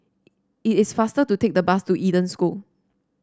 it is faster to take the bus to Eden School